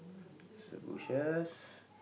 it's the bushes